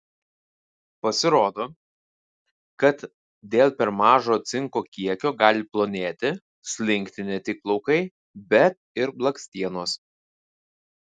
pasirodo kad dėl per mažo cinko kiekio gali plonėti slinkti ne tik plaukai bet ir blakstienos